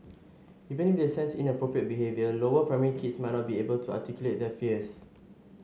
even if they sense inappropriate behaviour lower primary kids might not be able to articulate their fears